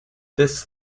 this